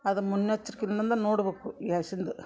ಅದು ಮುನ್ನೆಚರ್ಕಿದಿಂದ ಅಂದ ನೋಡ್ಬೇಕು ಗ್ಯಾಸಿಂದು